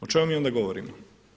O čemu mi onda govorimo?